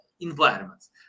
Environments